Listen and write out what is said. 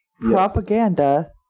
propaganda